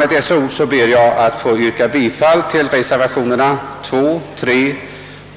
Med dessa ord ber jag att få yrka bifall till reservationerna 2, 3,